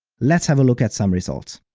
let's have a look at some results!